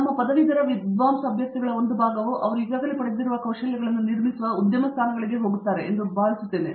ನಮ್ಮ ಪದವೀಧರ ವಿದ್ವಾಂಸ ಅಭ್ಯರ್ಥಿಗಳ ಒಂದು ಭಾಗವು ಅವರು ಈಗಾಗಲೇ ಪಡೆದಿರುವ ಕೌಶಲ್ಯಗಳನ್ನು ನಿರ್ಮಿಸುವ ಉದ್ಯಮ ಸ್ಥಾನಗಳಿಗೆ ಹೋಗುತ್ತದೆ ಎಂದು ನಾನು ಭಾವಿಸುತ್ತೇನೆ